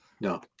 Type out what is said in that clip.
No